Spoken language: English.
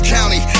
County